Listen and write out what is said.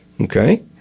Okay